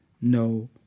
no